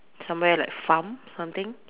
somewhere like farm something